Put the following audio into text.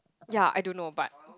ya I don't know but